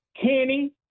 Kenny